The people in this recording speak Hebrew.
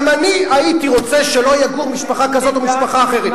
גם אני הייתי רוצה שלא תגור משפחה כזאת או משפחה אחרת.